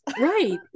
right